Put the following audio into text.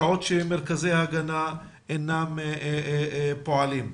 שעות שמרכזי ההגנה אינם פועלים.